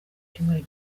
cyumweru